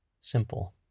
Simple